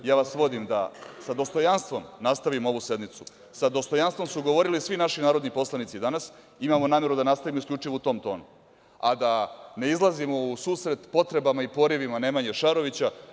Ja vas molim da sa dostojanstvom nastavimo ovu sednicu, sa dostojanstvom su govorili svi naši narodni poslanici danas i imamo nameru da nastavimo isključivo u tom tonu, a da ne izlazimo u susret potrebama i porivima Nemanje Šarovića.